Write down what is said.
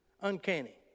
Uncanny